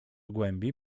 głębi